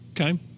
okay